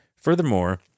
furthermore